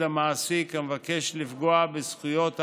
המעסיק המבקש לפגוע בזכויות העובדים,